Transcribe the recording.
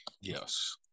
Yes